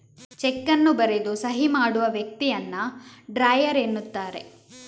check ಅನ್ನು ಬರೆದು ಸಹಿ ಮಾಡುವ ವ್ಯಕ್ತಿಯನ್ನ ಡ್ರಾಯರ್ ಎನ್ನುತ್ತಾರೆ